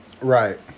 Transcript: Right